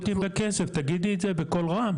בכסף; תגידי את זה בקול רם.